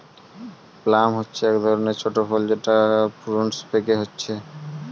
plum হচ্ছে একটা ধরণের ছোট ফল যেটা প্রুনস পেকে হচ্ছে